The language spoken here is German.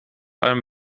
allem